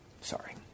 Sorry